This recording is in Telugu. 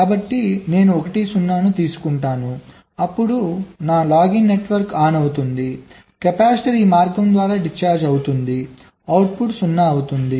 కాబట్టి నేను 1 0 దరఖాస్తు చేస్తే అప్పుడు నా లాగిన నెట్వర్క్ ఆన్ అవుతుంది కెపాసిటర్ ఈ మార్గం ద్వారా డిశ్చార్జ్ అవుతుంది అవుట్పుట్ 0 అవుతుంది